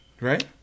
right